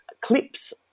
clips